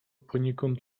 poniekąd